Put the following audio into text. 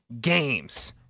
games